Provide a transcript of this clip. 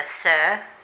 sir